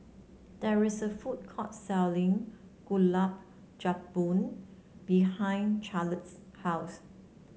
there is a food court selling Gulab Jamun behind Carleigh's house